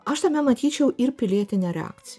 aš tame matyčiau ir pilietinę reakciją